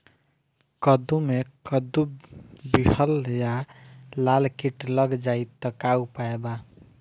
कद्दू मे कद्दू विहल या लाल कीट लग जाइ त का उपाय बा?